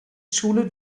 schule